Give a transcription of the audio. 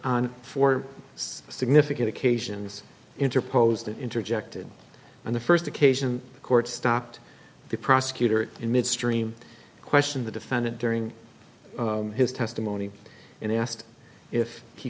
for significant occasions interposed interjected on the first occasion the court stopped the prosecutor in midstream question the defendant during his testimony and asked if he